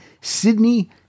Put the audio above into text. Sydney